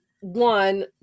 One